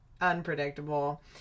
unpredictable